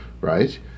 right